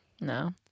no